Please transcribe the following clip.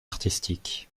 artistique